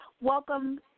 welcome